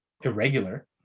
irregular